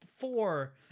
four